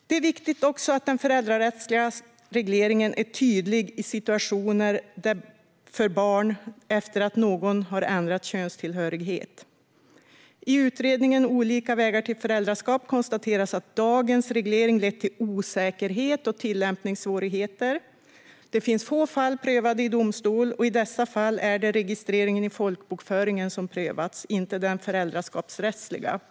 Det är viktigt att den föräldrarättsliga regleringen är tydlig i situationer för barn efter att någon har ändrat könstillhörighet. I utredningen Olika vägar till föräldraskap konstateras att dagens reglering lett till osäkerhet och tillämpningssvårigheter. Det finns få fall prövade i domstol, och i dessa fall är det registreringen i folkbokföringen som har prövats, inte den föräldraskapsrättliga frågan.